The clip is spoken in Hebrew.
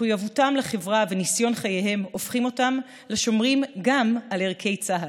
מחויבותם לחברה וניסיון חייהם הופכים אותם לשומרים גם על ערכי צה"ל.